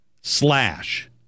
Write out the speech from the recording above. Slash